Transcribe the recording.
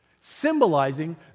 Symbolizing